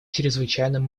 чрезвычайным